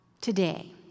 today